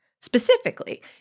Specifically